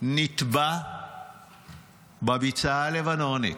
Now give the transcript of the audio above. נטבע בביצה הלבנונית.